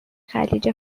خلیج